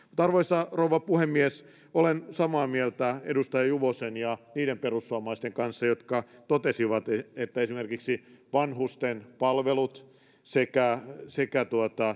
arvoisa rouva puhemies olen samaa mieltä edustaja juvosen ja niiden perussuomalaisten kanssa jotka totesivat että esimerkiksi vanhusten palvelut sekä sekä